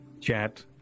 Chat